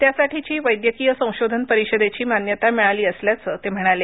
त्यासाठीची वैद्यकीय संशोधन परिषदेची मान्यता मिळाली असल्याचं ते म्हणाले